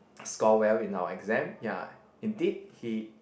score well in our exam ya indeed he